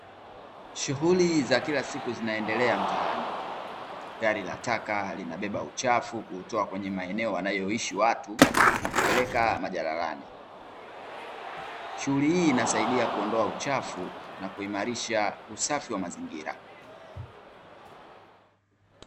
Shughuli za kila siku zinaendelea mtaani. Gari la taka linabeba uchafu kuutoa kwenye maeneo wanayoishi watu, na kupeleka majalalani. Shughuli hii inasaidia kuondoa uchafu, na kuimarisha usafi wa mazingira.